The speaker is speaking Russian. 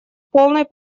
полной